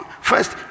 first